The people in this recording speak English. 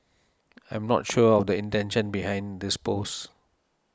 I'm not sure of the intention behind this post